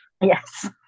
yes